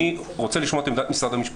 אני מבקש לשמוע את עמדת משרד המשפטים.